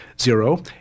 zero